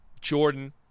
Jordan